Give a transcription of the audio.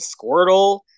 Squirtle